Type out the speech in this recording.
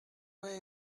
way